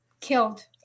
killed